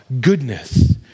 goodness